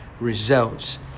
Results